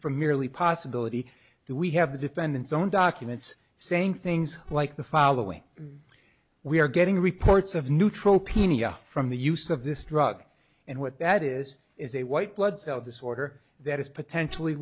merely possibility do we have the defendant's own documents saying things like the following we are getting reports of neutropenia from the use of this drug and what that is is a white blood cell disorder that is potentially